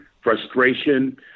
frustration